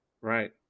Right